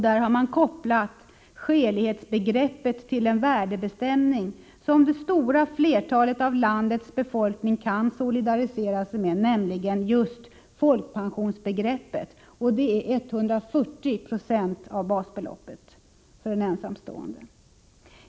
Man har kopplat skälighetsbegreppet till en värdebestämning som det stora flertalet av landets invånare kan solidarisera sig med, nämligen just folkpensionsbegreppet, och det är 140 26 av basbeloppet för ensamstående.